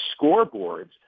scoreboards